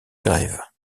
grève